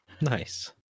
Nice